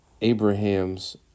Abraham's